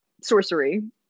Sorcery